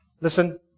Listen